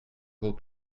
vos